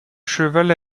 cheval